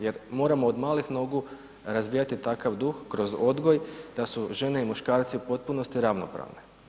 Jer moramo od malih nogu razbijati takav duh kroz odgoj da su žene i muškarci u potpunosti ravnopravne.